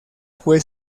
fue